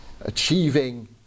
achieving